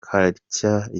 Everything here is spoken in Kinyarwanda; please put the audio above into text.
culture